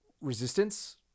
resistance